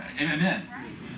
Amen